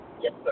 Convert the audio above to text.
Yes